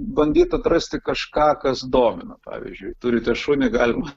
bandyt atrasti kažką kas domina pavyzdžiui turite šunį galima